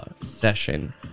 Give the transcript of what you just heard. session